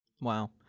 Wow